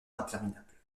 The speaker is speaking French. interminables